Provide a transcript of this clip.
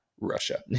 Russia